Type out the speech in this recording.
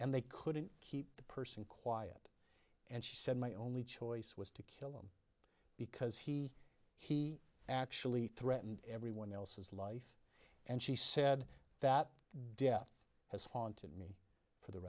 and they couldn't keep the person quiet and she said my only choice was to kill because he he actually threatened everyone else's life and she said that death has haunted me but the